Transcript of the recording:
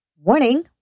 Warning